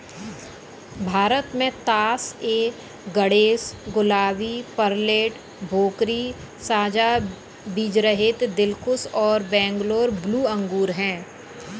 भारत में तास ए गणेश, गुलाबी, पेर्लेट, भोकरी, साझा बीजरहित, दिलखुश और बैंगलोर ब्लू अंगूर हैं